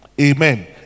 amen